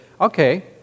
okay